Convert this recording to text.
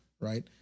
right